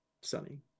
sunny